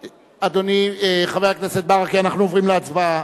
אדוני, חבר הכנסת ברכה, אנחנו עוברים להצבעה.